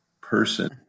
person